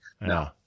no